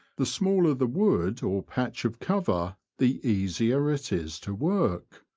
the smaller the wood or patch of cover the easier it is to work.